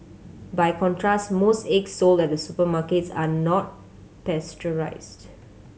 by contrast most eggs sold at supermarkets are not pasteurised